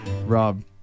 Rob